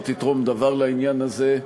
לא תתרום דבר לעניין הזה.